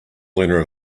learner